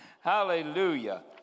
Hallelujah